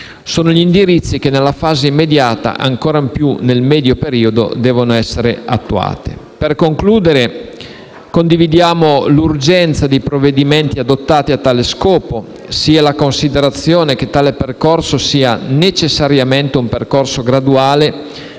gli indirizzi che nella fase immediata e, ancor più, nel medio periodo devono avere attuazione. Per concludere, condividiamo sia l'urgenza dei provvedimenti adottati a tale scopo, sia la considerazione che tale percorso sia necessariamente graduale